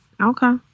okay